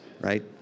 right